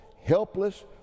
helpless